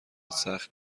سخت